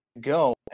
go